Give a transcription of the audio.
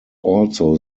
also